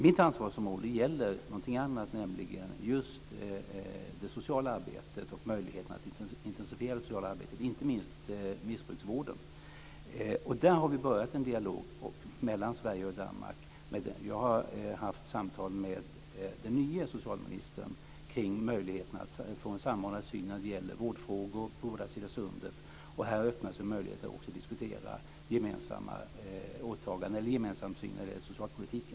Mitt ansvarsområde gäller någonting annat, nämligen det sociala arbetet och möjligheten att intensifiera det, inte minst missbruksvården. Där har vi startat en dialog mellan Sverige och Danmark. Jag har haft samtal med den nye socialministern om möjligheterna att få samordnad syn på vårdfrågor mellan båda sidor av sundet. Här öppnas en möjlighet att också diskutera en gemensam syn på socialpolitiken.